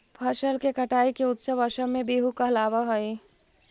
फसल के कटाई के उत्सव असम में बीहू कहलावऽ हइ